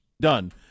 done